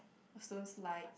what stone slides